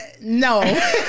No